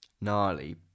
gnarly